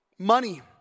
money